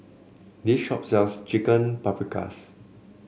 this shop sells Chicken Paprikas